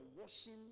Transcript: washing